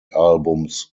albums